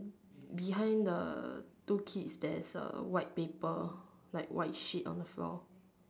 behind the two kids there's a white paper like a white sheet on the floor